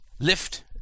lift